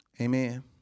Amen